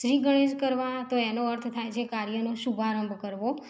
શ્રી ગણેશ કરવા તો એનો અર્થ થાય છે કે કાર્યનો શુભારંભ કરવો